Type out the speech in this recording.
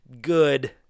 good